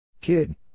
Kid